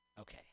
Okay